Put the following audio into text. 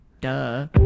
Duh